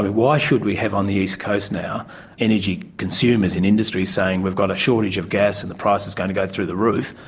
why should we have on the east coast now energy consumers in industry saying we've got a shortage of gas and the price is going to go through the roof,